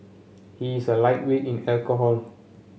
he is a lightweight in alcohol